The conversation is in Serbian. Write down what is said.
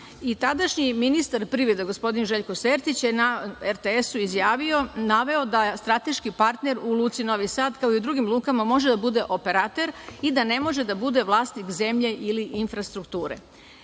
i tadašnji ministar privrede gospodin Željko Sertić je na RTS izjavio da strateški partner u Luci Novi Sad, kao i u drugim lukama može da bude operater i da ne može da bude vlasnik zemlje ili infrastrukture. Citiram